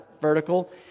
vertical